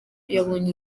yabonye